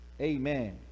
Amen